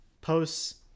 posts